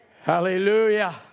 Hallelujah